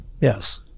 Yes